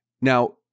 Now